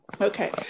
Okay